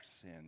sin